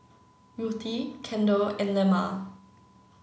Ruthie Kendell and Lemma